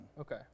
Okay